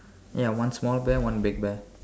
ya one small bear one big bear